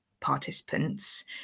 participants